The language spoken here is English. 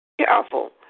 Careful